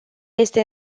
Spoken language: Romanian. este